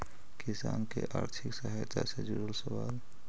किसान के आर्थिक सहायता से जुड़ल सवाल?